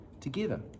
together